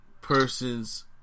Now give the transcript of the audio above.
person's